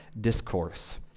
Discourse